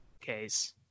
case